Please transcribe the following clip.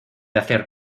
hacer